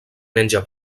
menja